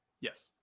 Yes